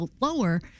lower